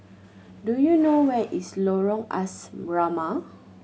do you know where is Lorong Asrama